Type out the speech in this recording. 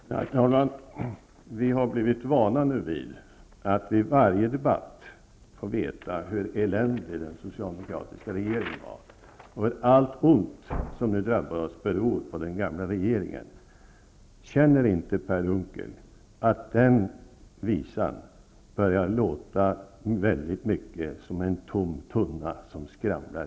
Herr talman! Vi har nu blivit vana vid att vid varje debatt få veta hur eländig den socialdemokratiska regeringen var och att allt ont som nu drabbar oss beror på den gamla regeringen. Känner inte Per Unckel att den visan börjar låta som när en tom tunna skramlar?